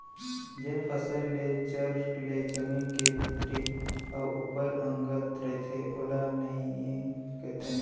जेन फसल के जर ले जमीन के भीतरी अउ ऊपर अंगत रइथे ओला नइई कथें